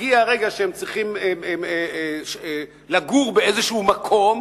מגיע הרגע שהם צריכים לגור באיזה מקום,